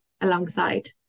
alongside